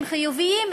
הם חיוביים,